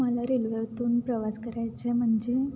मला रेल्वेतून प्रवास करायचा आहे म्हणजे